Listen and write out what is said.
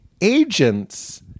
Agents